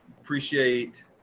appreciate